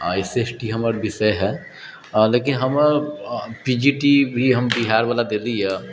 आओर S S T हमर विषय हइ लेकिन हमर पी जी टी भी हम बिहारवला देली हँ